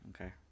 Okay